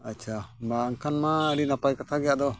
ᱟᱪᱪᱷᱟ ᱵᱟᱝ ᱮᱱᱠᱷᱟᱱ ᱢᱟ ᱟᱹᱰᱤ ᱱᱟᱯᱟᱭ ᱠᱟᱛᱷᱟ ᱜᱮ ᱟᱫᱚ